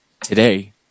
Today